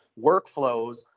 workflows